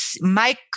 Mike